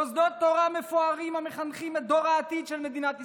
מוסדות תורה מפוארים המחנכים את דור העתיד של מדינת ישראל.